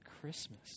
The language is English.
Christmas